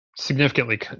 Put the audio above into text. significantly